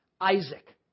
Isaac